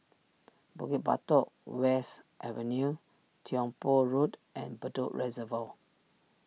Bukit Batok West Avenue Tiong Poh Road and Bedok Reservoir